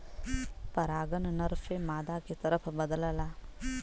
परागन नर से मादा के तरफ बदलला